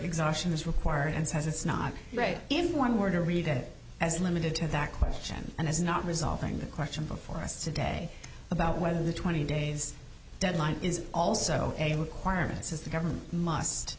exhaustion is required and says it's not right if one were to read it as limited to that question and as not resolving the question before us today about whether the twenty days deadline is also a requirement says the government must